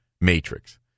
matrix